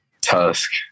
Tusk